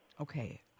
Okay